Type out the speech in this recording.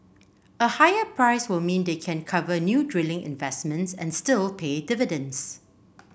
a higher price will mean they can cover new drilling investments and still pay dividends